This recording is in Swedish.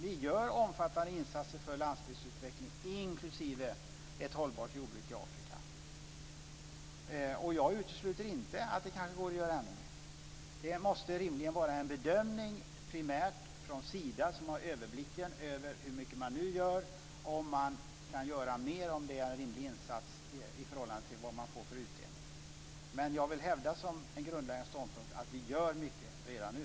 Vi gör omfattande insatser för landsbygdsutveckling, inklusive ett hållbart jordbruk i Afrika. Jag utesluter inte att det kan gå att göra ännu mer. Det måste rimligen vara en bedömning primärt från Sida, som har överblick över hur mycket man nu gör, om man kan göra mer och om det är en rimlig insats i förhållande till vad man får för utdelning. Men jag vill hävda som en grundläggande ståndpunkt att vi gör mycket redan nu.